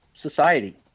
society